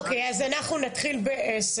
אוקי, אז אנחנו נתחיל בעשר.